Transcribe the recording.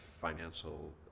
financial